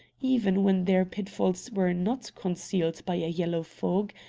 even when their pitfalls were not concealed by a yellow fog,